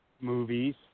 movies